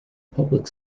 public